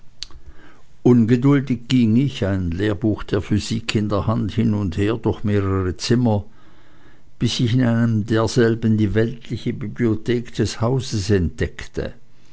ungeduldig ging ich ein lehrbuch der physik in der hand hin und her und durch mehrere zimmer bis ich in einem derselben die weltliche bibliothek des hauses entdeckte